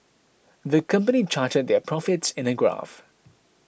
the company charted their profits in a graph